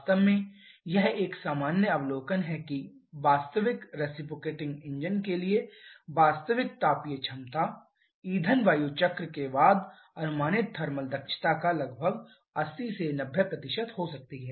वास्तव में यह एक सामान्य अवलोकन है कि एक वास्तविक रिसिप्रोकेटिंग इंजन के लिए वास्तविक तापीय क्षमता ईंधन वायु चक्र के बाद अनुमानित थर्मल दक्षता का लगभग 80 से 90 हो सकती है